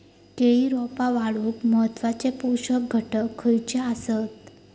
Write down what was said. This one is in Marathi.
केळी रोपा वाढूक महत्वाचे पोषक घटक खयचे आसत?